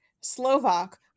Slovak